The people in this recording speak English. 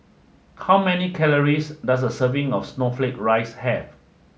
how many calories does a serving of Snowflake Ice have